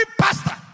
pastor